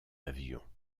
avions